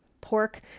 pork